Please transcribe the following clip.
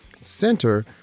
Center